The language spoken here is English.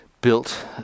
built